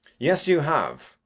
yes, you have.